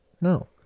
No